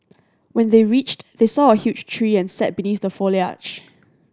when they reached they saw a huge tree and sat beneath the foliage